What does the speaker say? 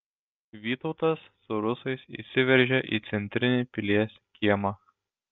vytautas su rusais įsiveržia į centrinį pilies kiemą